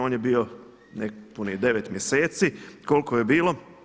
On je bio nepunih 9 mjeseci, koliko je bilo.